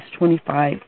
25